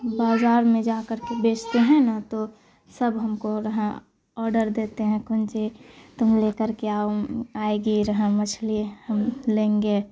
بازار میں جا کر کے بیچتے ہیں نا تو سب ہم کو آڈر دیتے ہیں کون چیز تم لے کر کے آؤ آئے گی روہو مچھلی ہم لیں گے